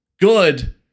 good